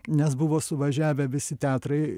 nes buvo suvažiavę visi teatrai